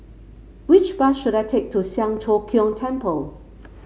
which bus should I take to Siang Cho Keong Temple